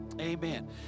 Amen